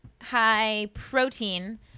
high-protein